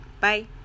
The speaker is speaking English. Bye